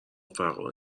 رفقا